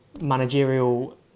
managerial